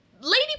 Lady